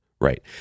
Right